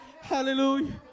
hallelujah